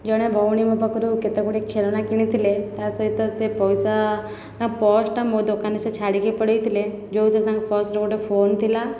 ଜଣେ ଭଉଣୀ ମୋ ପାଖରୁ କେତେ ଗୁଡ଼ିଏ ଖେଳଣା କିଣିଥିଲେ ତା ସହିତ ସେ ପଇସା ତା ପର୍ସଟା ମୋ ଦୋକାନରେ ସେ ଛାଡ଼ିକି ପଳେଇଥିଲେ ଯେଉଁଥିରେ ତାଙ୍କ ପର୍ସରେ ଗୋଟେ ଫୋନ ଥିଲା